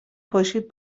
پاشید